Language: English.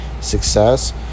success